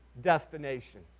destination